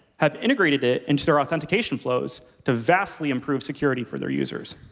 have integrated it into their authentication flows to vastly improve security for their users.